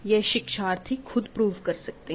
यह शिक्षार्थी खुद प्रूव कर सकते हैं